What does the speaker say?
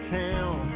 town